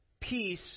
peace